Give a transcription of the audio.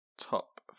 Top